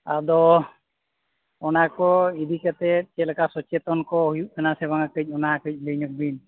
ᱟᱫᱚ ᱚᱱᱟᱠᱚ ᱤᱫᱤ ᱠᱟᱛᱮᱫ ᱪᱮᱫᱞᱮᱠᱟ ᱥᱚᱪᱮᱛᱚᱱᱠᱚ ᱦᱩᱭᱩᱜ ᱠᱟᱱᱟ ᱥᱮ ᱵᱟᱝᱟ ᱠᱟᱹᱡ ᱚᱱᱟ ᱠᱟᱹᱡ ᱞᱟᱹᱭ ᱧᱚᱜᱽᱵᱤᱱ